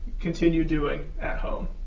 continue doing at home.